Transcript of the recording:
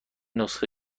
نسخه